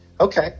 okay